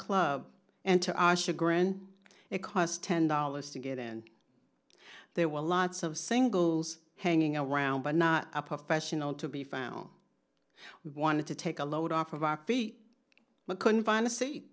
chagrin it cost ten dollars to get in there were lots of singles hanging around but not a professional to be found we wanted to take a load off of our feet but couldn't find a seat